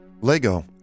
Lego